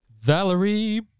Valerie